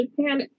Japan